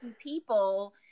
people